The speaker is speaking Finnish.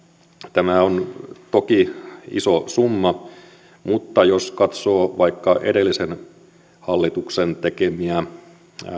tämä on toki iso summa mutta jos katsoo vaikka edellisen hallituksen tekemiä